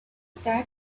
that